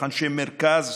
אנשי מרכז,